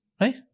right